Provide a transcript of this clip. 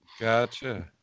Gotcha